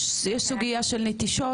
יש סוגיה של נטישות.